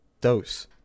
Dose